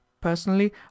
Personally